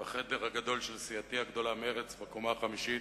בחדר הגדול של סיעתי הגדולה, מרצ, בקומה החמישית,